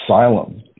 asylum